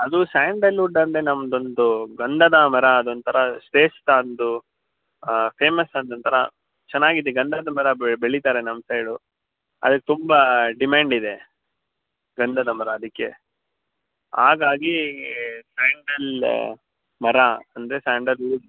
ಅದು ಸ್ಯಾಂಡಲ್ವುಡ್ ಅಂದ್ರೆ ನಮ್ಮದೊಂದು ಗಂಧದ ಮರ ಅದೊಂಥರ ಶ್ರೇಷ್ಠ ಅಂದು ಫೇಮಸ್ ಅದೊಂಥರ ಚೆನ್ನಾಗಿದೆ ಗಂಧದ ಮರ ಬೆಳಿತಾರೆ ನಮ್ಮ ಸೈಡು ಅದಕ್ಕೆ ತುಂಬ ಡಿಮ್ಯಾಂಡ್ ಇದೆ ಗಂಧದ ಮರ ಅದಕ್ಕೆ ಹಾಗಾಗಿ ಸ್ಯಾಂಡಲ್ ಮರ ಅಂದರೆ ಸ್ಯಾಂಡಲ್ವುಡ್